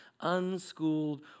unschooled